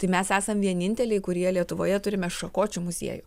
tai mes esam vieninteliai kurie lietuvoje turime šakočių muziejų